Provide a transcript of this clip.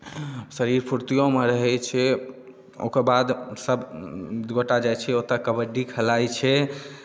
शरीर फुर्तिओमे रहै छै ओकर बाद सभगोटाए जाइत छियै ओतय कबड्डी खेलाइत छै